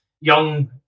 young